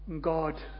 God